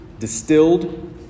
distilled